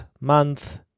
month